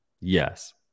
yes